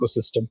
ecosystem